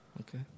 Okay